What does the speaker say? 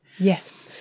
Yes